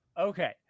Okay